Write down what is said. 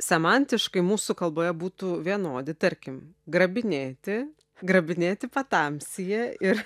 semantiškai mūsų kalboje būtų vienodi tarkim grabinėti grabinėti patamsyje ir